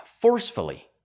forcefully